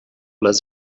less